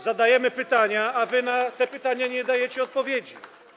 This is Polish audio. Zadajemy pytania, a wy na te pytania nie dajecie odpowiedzi.